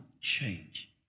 change